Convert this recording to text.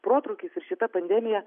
protrūkis ir šita pandemija